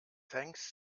thanks